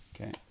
Okay